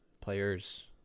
players